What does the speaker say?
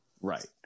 Right